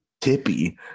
Tippy